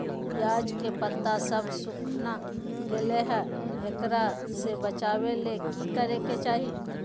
प्याज के पत्ता सब सुखना गेलै हैं, एकरा से बचाबे ले की करेके चाही?